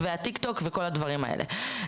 טיק טוק וכל הדברים האלה.